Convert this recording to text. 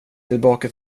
tillbaka